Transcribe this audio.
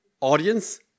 Audience